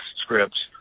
scripts